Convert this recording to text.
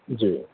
جی